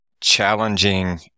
challenging